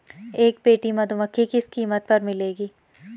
एक पेटी मधुमक्खी किस कीमत पर मिलेगी?